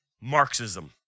Marxism